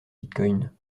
bitcoin